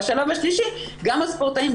ובשלב שלישי גם הספורטאים,